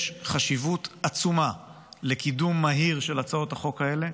יש חשיבות לקידום מהיר של הצעות החוק האלה.